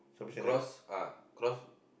cross ah cross